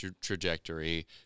trajectory